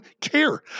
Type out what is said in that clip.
care